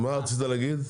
מה רצית להגיד?